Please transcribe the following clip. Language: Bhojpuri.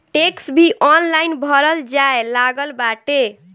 टेक्स भी ऑनलाइन भरल जाए लागल बाटे